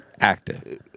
active